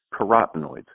carotenoids